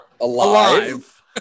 Alive